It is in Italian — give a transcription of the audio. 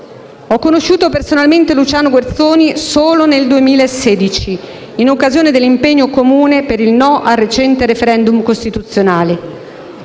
Ho conosciuto personalmente Luciano Guerzoni solo nel 2016, in occasione dell'impegno comune per il no al recente *referendum* costituzionale.